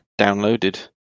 downloaded